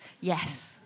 yes